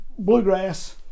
Bluegrass